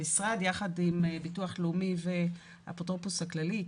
המשרד יחד עם הביטוח הלאומי והאפוטרופוס הכללי,